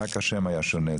רק שהשם היה שונה.